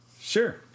Sure